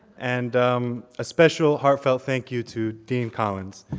and a special heartfelt thank you, to dean collins.